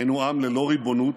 היינו עם ללא ריבונות,